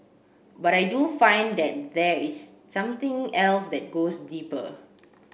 but I do find that there is something else that goes deeper